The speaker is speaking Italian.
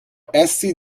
essi